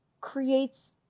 creates